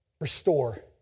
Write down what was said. restore